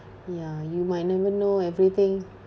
ya you might never know everything